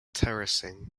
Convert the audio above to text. terracing